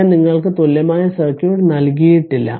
ഞാൻ നിങ്ങൾക്ക് തുല്യമായ സർക്യൂട്ട് നൽകിയിട്ടില്ല